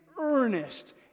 earnest